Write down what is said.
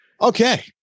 Okay